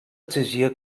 exigia